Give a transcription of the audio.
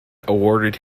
awarded